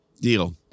Deal